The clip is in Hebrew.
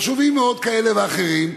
חשובים מאוד כאלה ואחרים,